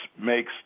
makes